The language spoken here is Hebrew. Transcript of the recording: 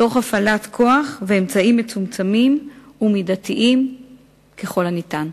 תוך הפעלת כוח ואמצעים מצומצמים ומידתיים ככל הניתן.